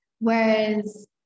whereas